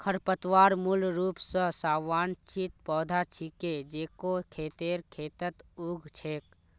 खरपतवार मूल रूप स अवांछित पौधा छिके जेको खेतेर खेतत उग छेक